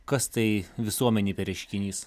kas tai visuomenėj per reiškinys